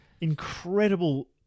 incredible